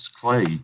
clay